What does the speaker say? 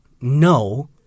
no